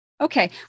Okay